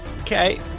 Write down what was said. Okay